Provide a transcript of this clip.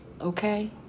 okay